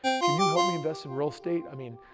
can you help me invest in real estate? i mean,